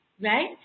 right